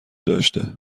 داشته